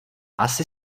asi